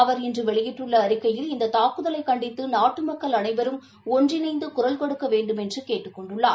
அவாட்டி இன்று வெளியிட்டுள்ள அறிக்கையில் இந்த தாக் குதலை கண்டித்து நாட்டு மக்கள் அனைவரும் ஒற்றிறி ணந்து கு ரல் கொடுக்க வேண்டுமென்று கேட்டுக் கொண்டாா